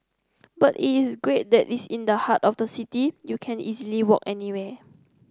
but it is great that it's in the heart of the city you can easily walk anywhere